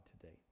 today